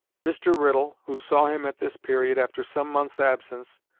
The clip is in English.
mr. riddle, who saw him at this period, after some months' absence,